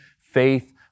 faith